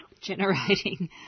generating